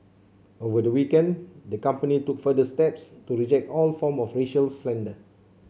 over the weekend the company took further steps to reject all form of racial slander